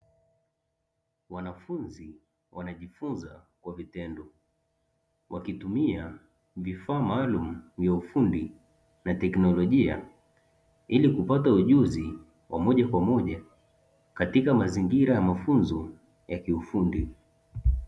Wanafunzi wanajifunza kwa vitendo wakitumia vifaa maalumu vya ufundi na teknolojia ili kupata ujuzi wa moja kwa moja katika mazingira ya mafunzo ya kiufundi.